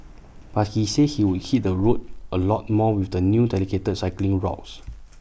but he said he would hit the roads A lot more with the new dedicated cycling routes